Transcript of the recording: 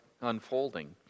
unfolding